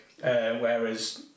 whereas